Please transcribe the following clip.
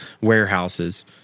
warehouses